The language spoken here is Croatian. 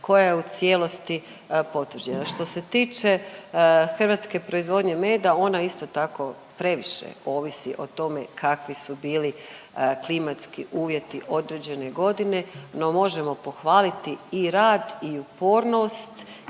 koja je u cijelosti potvrđena. Što se tiče hrvatske proizvodnje meda, ona isto tako, previše ovisi o tome kakvi su bili klimatski uvjeti određene godine, no možemo pohvaliti i rad i upornosti